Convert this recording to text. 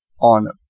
on